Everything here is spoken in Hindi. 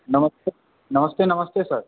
नमस्ते नमस्ते नमस्ते सर